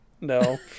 No